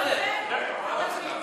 לא מצביעים על זה?